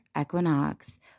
equinox